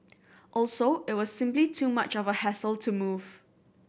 also it was simply too much of a hassle to move